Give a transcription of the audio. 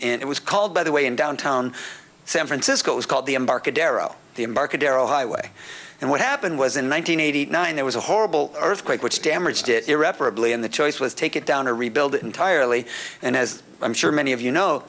in it was called by the way in downtown san francisco is called the embarcadero the embarcadero highway and what happened was in one thousand nine hundred nine it was a horrible earthquake which damaged it irreparably and the choice was take it down to rebuild it entirely and as i'm sure many of you know